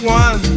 one